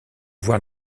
voir